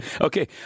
Okay